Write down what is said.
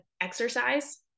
exercise